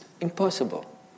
Impossible